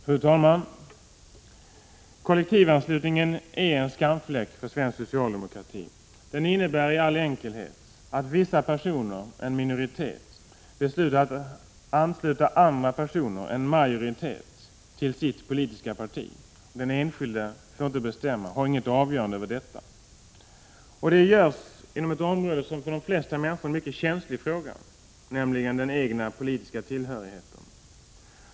Fru talman! Kollektivanslutningen är en skamfläck för svensk socialdemokrati. Den innebär i all enkelhet att vissa personer, en minoritet, beslutar att ansluta andra personer, en majoritet, till sitt politiska parti. Den enskilde får inte bestämma, har inget avgörande på detta. Detta görs inom ett område som för de flesta människor är mycket känsligt, nämligen den egna politiska tillhörigheten.